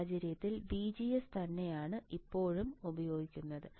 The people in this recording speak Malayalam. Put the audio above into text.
ഈ സാഹചര്യത്തിൽ VGS തന്നെയാണ് എപ്പോഴും ഉപയോഗിക്കുന്നത്